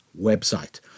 website